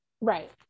right